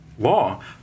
law